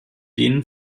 den